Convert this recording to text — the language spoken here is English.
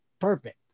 perfect